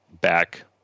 back